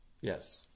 Yes